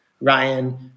Ryan